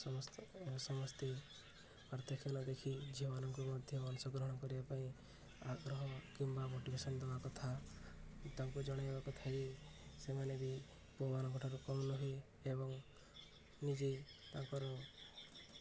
ସମସ୍ତେ ସମସ୍ତେ ପାର୍ଥକ୍ୟ ନଦେଖି ଝିଅମାନଙ୍କୁ ମଧ୍ୟ ଅଂଶଗ୍ରହଣ କରିବା ପାଇଁ ଆଗ୍ରହ କିମ୍ବା ମୋଟିଭେସନ୍ ଦବା କଥା ତାଙ୍କୁ ଜଣେଇବାକୁ ଥାଇ ସେମାନେ ବି ପୁଅମାନଙ୍କ ଠାରୁ କମ୍ ନୁହେଁ ଏବଂ ନିଜେ ତାଙ୍କର